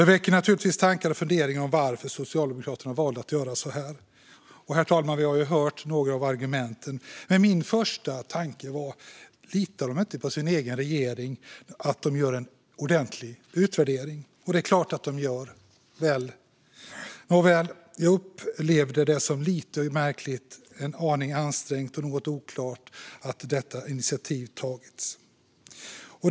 Det väcker naturligtvis tankar och funderingar om varför Socialdemokraterna valde att göra så här. Herr talman! Vi har hört några av argumenten, men min första tanke var: Litar de inte på sin egen regering och att den gör en ordentlig utvärdering? Det är klart att de gör - väl? Nåväl, jag upplever det som lite märkligt, en aning ansträngt och något oklart att detta initiativ har tagits.